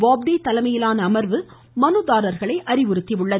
போப்டே தலைமையிலான அமர்வு மனுதாரர்களை அறிவுறுத்தியுள்ளது